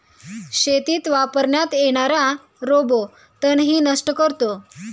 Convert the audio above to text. शेतीत वापरण्यात येणारा रोबो तणही नष्ट करतो